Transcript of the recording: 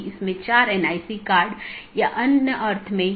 इसपर हम फिर से चर्चा करेंगे